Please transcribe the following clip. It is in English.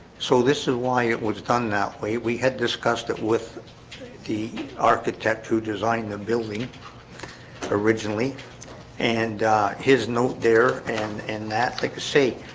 so this is why it was done. that way. we had discussed it with the architect who designed the building originally and his note there, and and that's like a safe